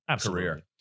career